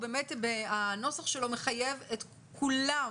הנוסח שלו מחייב את כולם,